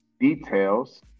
details